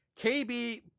KB